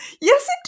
yes